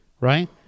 right